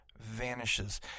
vanishes